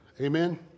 Amen